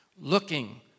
looking